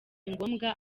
ngombwa